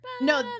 No